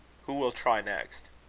who will try next?